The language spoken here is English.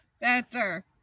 Better